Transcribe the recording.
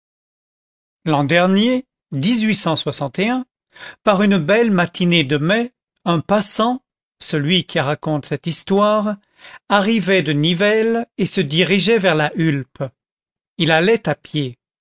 l'an dernier par une belle matinée de mai un passant celui qui raconte cette histoire arrivait de nivelles et se dirigeait vers la hulpe il allait à pied